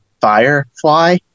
Firefly